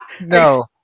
No